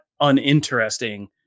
uninteresting